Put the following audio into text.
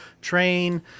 train